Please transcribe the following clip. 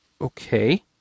Okay